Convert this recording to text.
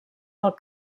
del